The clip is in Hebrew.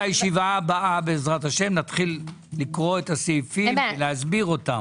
בישיבה הבאה בעז"ה נתחיל לקרוא את הסעיפים ולהסבירם,